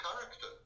character